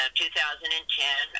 2010